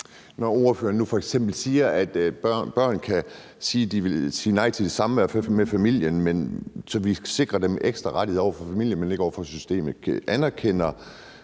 på. Ordføreren siger f.eks. nu, at børn kan sige nej til samvær med familien, så vi sikrer dem ekstra rettigheder over for familien, men ikke over for systemet. Anerkender